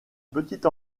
petite